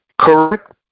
correct